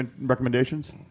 recommendations